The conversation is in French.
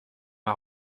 m’a